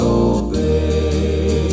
obey